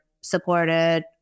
supported